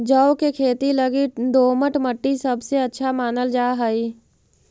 जौ के खेती लगी दोमट मट्टी सबसे अच्छा मानल जा हई